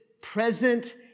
present